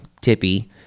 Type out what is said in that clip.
Tippy